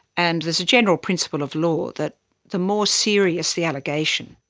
and there's a general principle of law that the more serious the allegation,